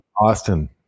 austin